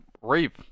rape